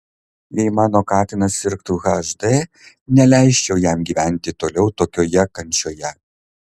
jei mano katinas sirgtų hd neleisčiau jam gyventi toliau tokioje kančioje